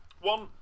one